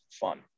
fun